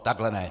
Takhle ne!